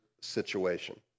situation